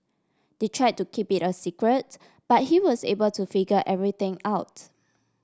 they try to keep it a secret but he was able to figure everything out